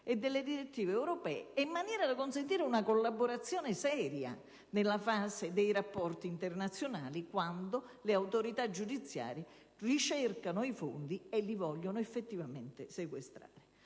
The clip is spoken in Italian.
e le direttive europee ed in maniera da consentire una collaborazione seria nella fase dei rapporti internazionali quando le autorità giudiziarie ricercano i fondi e li vogliono effettivamente sequestrare.